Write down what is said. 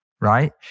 Right